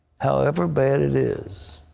however bad it is,